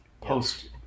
post